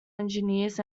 engineers